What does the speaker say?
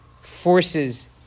forces